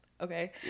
Okay